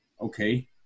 Okay